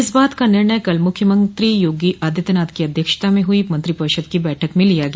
इस बात का निर्णय कल मुख्यमत्री योगी आदित्यनाथ की अध्यक्षता में हुई मंत्रिपरिषद की बैठक में लिया गया